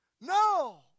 No